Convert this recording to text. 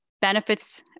benefits